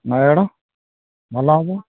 ନୟାଗଡ଼ ଭଲ ହେବ